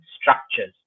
structures